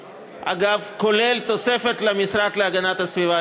כולל תוספת למשרד להגנת הסביבה.